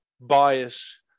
bias